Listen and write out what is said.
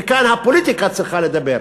וכאן הפוליטיקה צריכה לדבר.